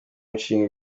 nshinga